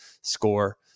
score